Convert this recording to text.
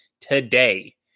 today